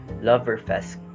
Loverfest